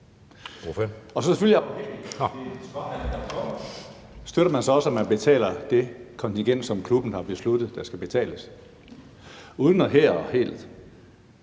Og støtter man også, at vi betaler det kontingent, som klubben har besluttet der skal betales? Uden her helt